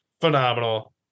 phenomenal